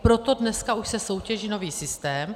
Proto dneska už se soutěží nový systém.